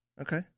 Okay